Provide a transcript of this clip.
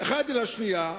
אחת עם השנייה.